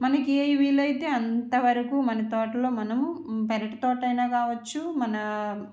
మనకి ఏవి వీలైతే అంతవరకు మన తోటలో మనము పెరటి తోట అయినా కావచ్చు మన